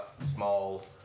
small